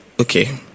Okay